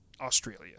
Australia